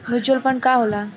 Mutual fund का होखेला?